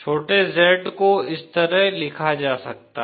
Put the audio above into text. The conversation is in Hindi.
छोटे Z को इस तरह लिखा जा सकता है